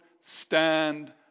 stand